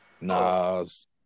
Nas